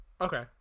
Okay